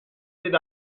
did